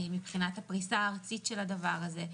הפריסה הארצית של הדבר הזה.